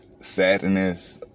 sadness